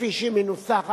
כפי שהיא מנוסחת,